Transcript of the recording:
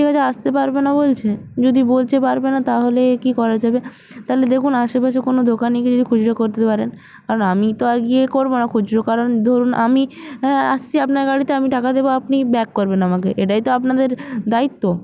ঠিক আছে আসতে পারবো না বলছে যদি বলছে পারবে না তাহলে কী করা যাবে তালে দেখুন আশেপাশে কোনো দোকানে গিয়ে খুচরো করতে পারেন কারণ আমি তো আর গিয়ে করবো না খুচরো কারণ ধরুন আমি আসছি আপনার গাড়িতে আমি টাকা দেবো আপনি ব্যাক করবেন আমাকে এটাই তো আপনাদের দায়িত্ব